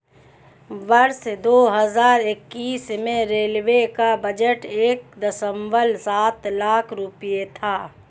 वर्ष दो हज़ार इक्कीस में रेलवे का बजट एक दशमलव सात लाख रूपये था